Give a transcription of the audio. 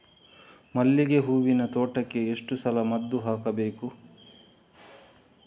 ಮಲ್ಲಿಗೆ ಹೂವಿನ ತೋಟಕ್ಕೆ ಎಷ್ಟು ಸಲ ಮದ್ದು ಹಾಕಬೇಕು?